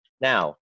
Now